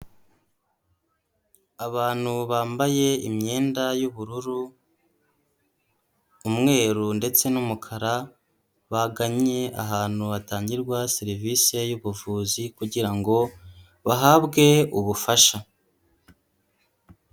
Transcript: Abantu bambaye imyenda y'ubururu, umweru ndetse n'umukara, bagannye ahantu hatangirwa serivise y'ubuvuzi kugira ngo bahabwe ubufasha.